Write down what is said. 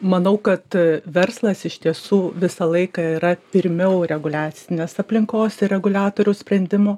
manau kad verslas iš tiesų visą laiką yra pirmiau reguliacinės aplinkos ir reguliatoriaus sprendimų